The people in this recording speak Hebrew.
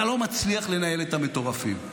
אתה לא מצליח לנהל את המטורפים,